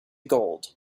gold